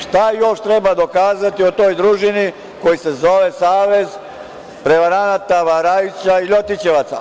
Šta još treba dokazati o toj družini koja se zove Savez prevaranata, varajića i ljotićevaca?